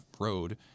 road